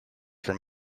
from